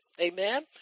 Amen